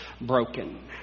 broken